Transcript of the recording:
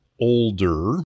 older